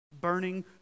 burning